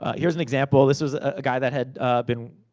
ah here's an example. this was a guy that had been